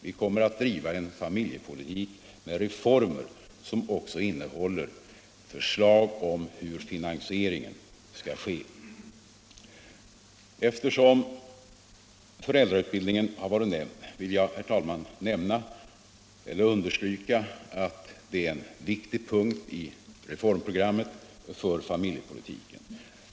Vi kommer att driva en familjepolitik med reformer som också innehåller förslag om hur finansieringen skall ske. Eftersom föräldrautbildningen har nämnts vill jag understryka att det är en viktig punkt i reformprogrammet för familjepolitiken.